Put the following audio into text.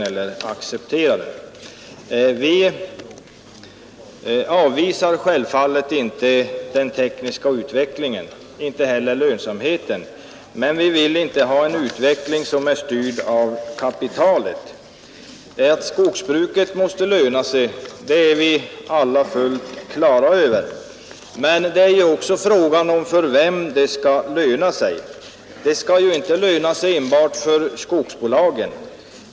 Vi avvisar självfallet inte den tekniska utvecklingen och inte heller lönsamheten, men vi vill inte ha en utveckling som är styrd av kapitalet. Att skogsbruket måste löna sig är vi alla fullt klara över, men frågan är ju också för vem det skall löna sig. Det skall ju inte löna sig enbart för skogsbolagen.